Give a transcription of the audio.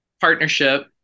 partnership